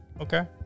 Okay